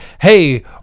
hey